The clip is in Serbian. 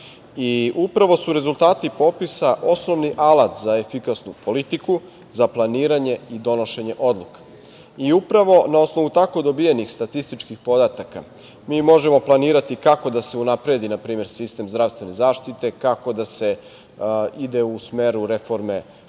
Upravo su rezultati popisa osnovni alat za efikasnu politiku, za planiranje i donošenje odluka. Na osnovu tako dobijenih statističkih podataka, mi možemo planirati kako da se unapredi, na primer sistem zdravstvene zaštite, kako da se ide u smeru reforme